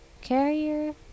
carrier